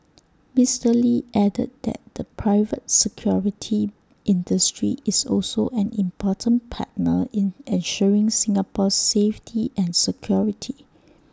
Mister lee added that the private security industry is also an important partner in ensuring Singapore's safety and security